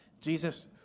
Jesus